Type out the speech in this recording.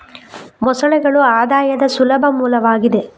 ಮೊಸಳೆಗಳು ಆದಾಯದ ಸುಲಭ ಮೂಲವಾಗಿದೆ